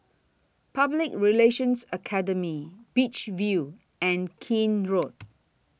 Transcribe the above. Public Relations Academy Beach View and Keene Road